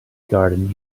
garden